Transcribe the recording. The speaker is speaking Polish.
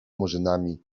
murzynami